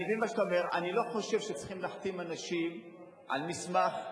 אני לא חושב שצריך להחתים אנשים על מסמך,